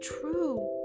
true